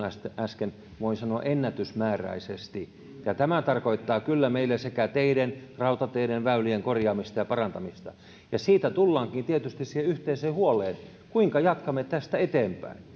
äsken voin sanoa ennätysmääräisesti ja tämä tarkoittaa kyllä meillä teiden rautateiden väylien korjaamista ja parantamista siitä tullaankin tietysti siihen yhteiseen huoleen kuinka jatkamme tästä eteenpäin